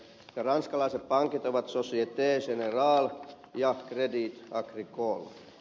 ranskalaiset pankit ovat societe generale ja credit agricole